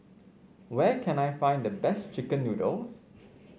where can I find the best chicken noodles